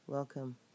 Welcome